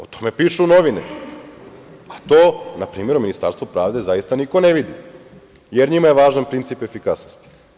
O tome pišu novine, a to, na primer, u Ministarstvu pravde, zaista niko ne vidi, jer njima je važan princip efikasnosti.